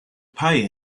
pay